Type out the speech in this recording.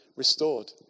restored